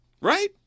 Right